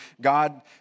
God